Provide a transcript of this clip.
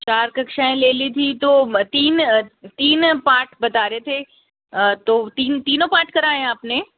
चार कक्षाएं ले ली थी तो तीन तीन पाठ बता रहे थे तो तीन तीनों पाठ कराये है आपने